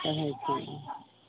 कहै छै